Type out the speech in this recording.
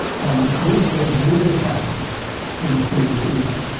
and these things would have happened in the previous eon.